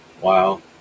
Wow